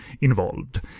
involved